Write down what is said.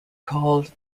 called